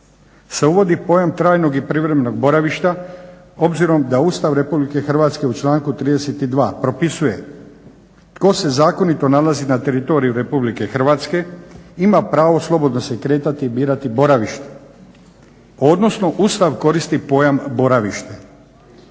se uvodi pojam trajnog i privremenog boravišta obzirom da Ustav Republike Hrvatske u članku 32. propisuje tko se zakonito nalazi na teritoriju Republike Hrvatske ima pravo slobodno se kretati i birati boravište, odnosno Ustav koristi pojam boravište.